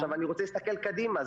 אני רוצה להסתכל קדימה,